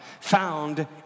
found